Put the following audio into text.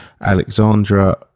Alexandra